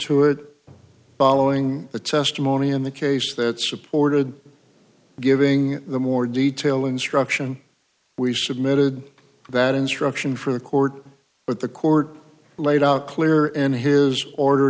to it following the testimony in the case that supported giving the more detail instruction we submitted that instruction from the court but the court laid out clear in his order